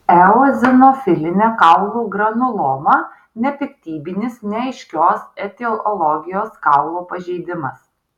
eozinofilinė kaulų granuloma nepiktybinis neaiškios etiologijos kaulo pažeidimas